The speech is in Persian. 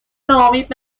ناامید